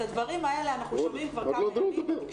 את הדברים האלה אנחנו שומעים כבר מהדלפות,